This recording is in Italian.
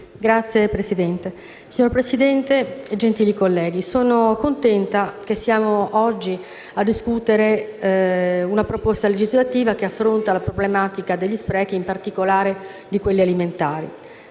*(Misto)*. Signora Presidente, gentili colleghi, sono contenta che oggi siamo giunti a discutere una proposta legislativa che affronta la problematica degli sprechi, in particolare di quelli alimentari.